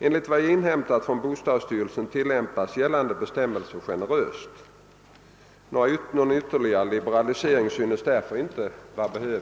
Enligt vad jag inhämtat från bostadsstyrelsen tillämpas gällande bestämmelser generöst. Någon ytterligare liberalisering synes därför inte behöv